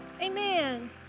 amen